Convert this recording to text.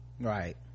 right